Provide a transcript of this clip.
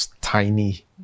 tiny